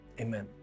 amen